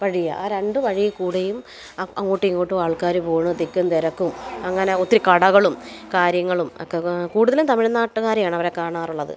വഴിയാണ് ആ രണ്ട് വഴിയിൽ കൂടെയും ആ അങ്ങോട്ടും ഇങ്ങോട്ടും ആൾക്കാർ പോകണത് തിക്കും തിരക്കും അങ്ങനെ ഒത്തിരി കടകളും കാര്യങ്ങളും ഒക്കെ കൂടുതലും തമിഴ് നാട്ടുകാരെ ആണ് അവരെ കാണാറുള്ളത്